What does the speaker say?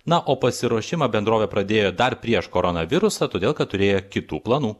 na o pasiruošimą bendrovė pradėjo dar prieš koronavirusą todėl kad turėjo kitų planų